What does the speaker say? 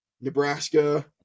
Nebraska